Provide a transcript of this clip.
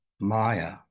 Maya